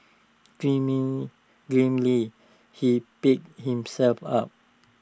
grimly grimly he picked himself up